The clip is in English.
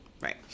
Right